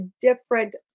different